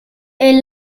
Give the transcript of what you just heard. est